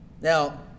Now